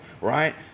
right